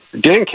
Dan